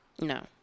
No